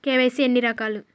KYC ఎన్ని రకాలు?